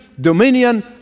dominion